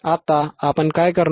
आता आपण काय करणार